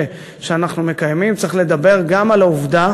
שאנחנו מקיימים צריך לדבר גם על העובדה